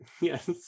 yes